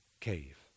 cave